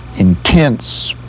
intense,